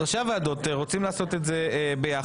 ראשי הוועדות רוצים לעשות את זה ביחד,